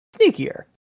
sneakier